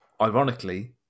ironically